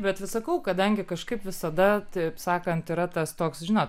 bet vis sakau kadangi kažkaip visada taip sakant yra tas toks žinot